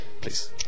Please